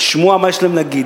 לשמוע מה יש להם להגיד.